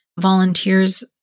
volunteers